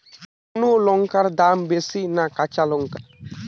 শুক্নো লঙ্কার দাম বেশি না কাঁচা লঙ্কার?